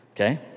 okay